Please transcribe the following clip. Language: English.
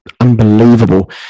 unbelievable